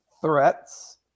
Threats